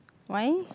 why